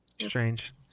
strange